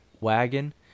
wagon